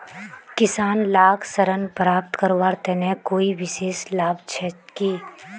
किसान लाक ऋण प्राप्त करवार तने कोई विशेष लाभ छे कि?